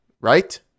right